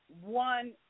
one